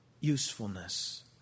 usefulness